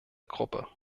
gruppe